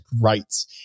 rights